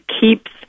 keeps